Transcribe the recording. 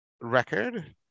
record